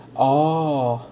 oh